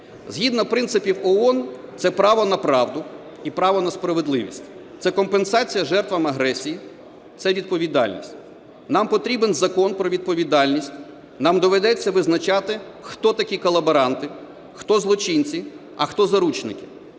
Згідно принципів ООН це право на правду, і право на справедливість, це компенсація жертвам агресії, це відповідальність. Нам потрібен закон про відповідальність. Нам доведеться визначати, хто такі колаборанти, хто злочинці, а хто заручники,